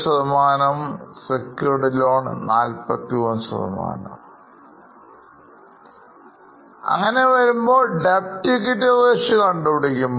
Secured Loans 43 ആണ്